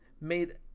made